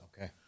Okay